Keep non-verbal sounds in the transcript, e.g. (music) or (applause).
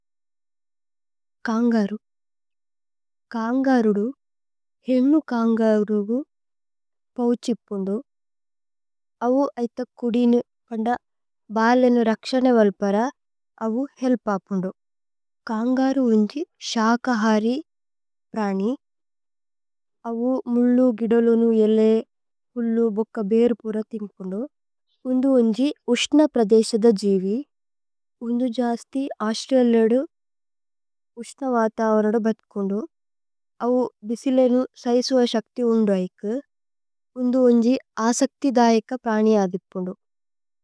Kangaroo കṅഗരുദു ഹേനു കṅഗരുഗു പവുഛിപ്പുന്ദു। അവു ഐഥ കുദിനു (hesitation) അന്ദ ബലേനു। രക്ശനേ വല്പര അവു ഹേല്പപുന്ദു കṅഗരു ഉന്ജി। ശകഹരി പ്രനി അവു മുല്ലു, ഗിദോലുനു, ഏല്ലേ। ഹുല്ലുബോക്ക ബേരി പുര (hesitation) ന്ഥിമ്പുന്ദു। ഉന്ദു ഉന്ജി ഉശ്നപ്രദേśഇദ ജിവി ഉന്ദു ജസ്തി। അśരിലേലേദു ഉശ്ന വതവരദ। (hesitation) ബത്കുന്ദു അവു ദിസിലേനു സൈസുവ šഅക്തി ഉന്ദു। ഐകു ഉന്ദു ഉന്ജി അśഅക്തി ദൈക പ്രനി അധിപ്പുന്ദു।